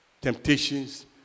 temptations